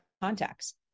contacts